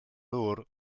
ddŵr